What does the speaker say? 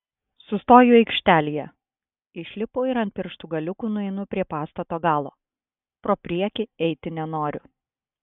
sustoju aikštelėje išlipu ir ant pirštų galiukų nueinu prie pastato galo pro priekį eiti nenoriu